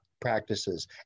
practices